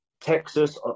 Texas